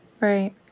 Right